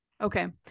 Okay